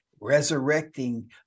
resurrecting